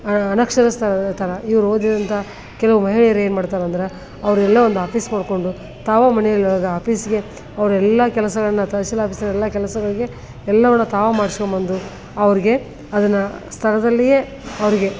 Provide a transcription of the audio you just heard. ಅ ಅನಕ್ಷರಸ್ಥರಿರ್ತಾರೆ ಇವರು ಓದಿದಂತ ಕೆಲವು ಮಹಿಳೆಯರೇನು ಮಾಡ್ತರಂದ್ರೆ ಅವರೆಲ್ಲ ಒಂದು ಆಫೀಸ್ ಮಾಡಿಕೊಂಡು ತಾವೇ ಮನೆಯಲ್ಲಿರುವಾಗ ಆಫೀಸಿಗೆ ಅವರೆಲ್ಲ ಕೆಲಸಗಳನ್ನು ತಹಶೀಲ್ ಆಫೀಸಿನ ಎಲ್ಲ ಕೆಲಸಗಳಿಗೆ ಎಲ್ಲವನ್ನು ತಾವು ಮಾಡ್ಸ್ಕೊಂಡು ಬಂದು ಅವರಿಗೆ ಅದನ್ನು ಸ್ಥಳದಲ್ಲಿಯೇ ಅವರಿಗೆ